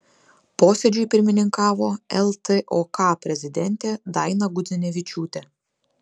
posėdžiui pirmininkavo ltok prezidentė daina gudzinevičiūtė